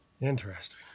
Interesting